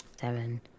seven